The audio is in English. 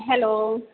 hello